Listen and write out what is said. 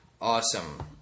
awesome